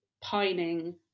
pining